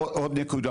רק מהר עוד נקודה,